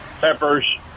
peppers